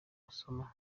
gusoma